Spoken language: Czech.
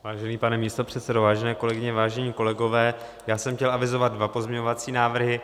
Vážený pane místopředsedo, vážené kolegyně, vážení kolegové, já jsem chtěl avizovat dva pozměňovací návrhy.